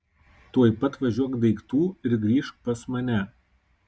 tuoj pat važiuok daiktų ir grįžk pas mane